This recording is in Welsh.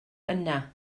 yna